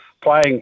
playing